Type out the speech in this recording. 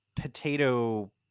potato